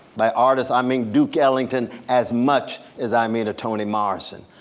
by artist i mean duke ellington as much as i mean a toni morrison.